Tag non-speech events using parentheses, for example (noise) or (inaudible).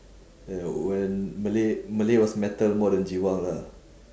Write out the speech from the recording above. (noise) when malay malay was metal more than giwang ah